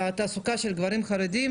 התעסוקה של גברים חרדים,